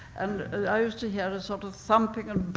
and i used to hear a sort of thumping and